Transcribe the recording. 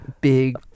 big